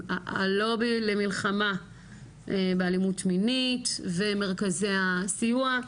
הלובי למלחמה באלימות מינית ומרכזי הסיוע,